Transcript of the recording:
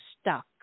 stuck